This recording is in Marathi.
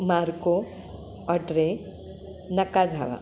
मार्को अट्रे नकाझावा